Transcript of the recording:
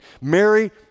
Mary